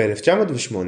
ב-1908,